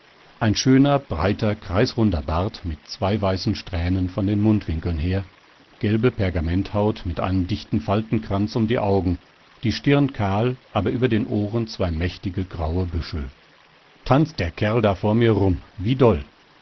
ein schöner breiter kreisrunder bart mit zwei weißen strähnen von den mundwinkeln her gelbe pergamenthaut mit einem dichten faltenkranz um die augen die stirn kahl aber über den ohren zwei mächtige graue büschel tanzt der kerl da vor mir rum wie doll